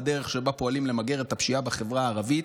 הדרך שבה פועלים למגר את הפשיעה בחברה הערבית.